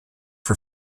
for